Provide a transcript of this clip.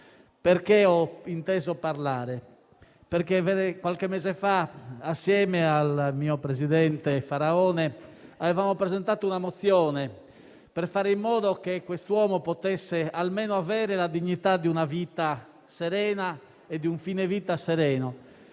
Ho inteso parlare perché qualche mese fa, assieme al presidente Faraone, abbiamo presentato una mozione per fare in modo che quest'uomo potesse almeno avere la dignità di una vita serena e di un fine vita sereno,